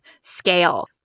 scale